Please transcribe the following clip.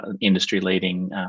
industry-leading